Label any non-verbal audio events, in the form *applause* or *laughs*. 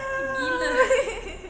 *laughs*